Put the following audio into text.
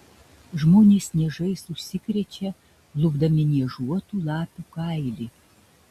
žmonės niežais užsikrečia lupdami niežuotų lapių kailį